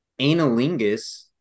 analingus